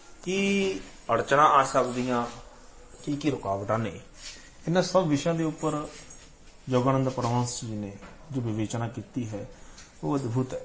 ਕੀ ਅੜਚਣਾਂ ਆ ਸਕਦੀਆਂ ਕੀ ਕੀ ਰੁਕਾਵਟਾਂ ਨੇ ਇਹਨਾਂ ਸਭ ਵਿਸ਼ਿਆਂ ਦੇ ਉੱਪਰ ਯੋਗਾਨੰਦ ਪਰਮਹੰਸ ਜੀ ਨੇ ਜੋ ਵਿਵੇਚਨਾ ਕੀਤੀ ਹੈ ਉਹ ਅਦਭੁਤ ਹੈ